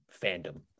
fandom